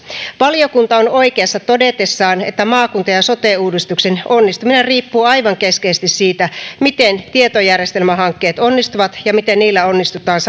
valiokunta on oikeassa todetessaan että maakunta ja sote uudistuksen onnistuminen riippuu aivan keskeisesti siitä miten tietojärjestelmähankkeet onnistuvat ja miten niillä onnistutaan